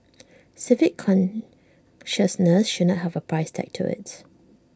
civic consciousness should not have A price tag to IT